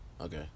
okay